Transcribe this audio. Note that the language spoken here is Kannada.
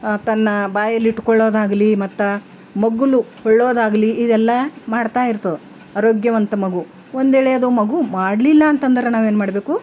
ತನ್ನ ಬಾಯಿಲ್ಲಿಟ್ಕೊಳ್ಳೋದಾಗಲಿ ಮತ್ತ ಮಗ್ಗುಲು ಹೊಳ್ಳೊದಾಗಲಿ ಇದೆಲ್ಲ ಮಾಡ್ತಾಯಿರ್ತದೆ ಆರೋಗ್ಯವಂತ ಮಗು ಒಂದ್ವೇಳೆ ಅದು ಮಗು ಮಾಡ್ಲಿಲ್ಲ ಅಂತಂದ್ರೆ ನಾವೇನು ಮಾಡಬೇಕು